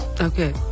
Okay